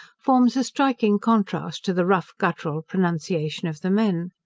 forms a striking contrast to the rough guttural pronunciation of the men.